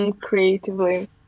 Creatively